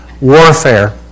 warfare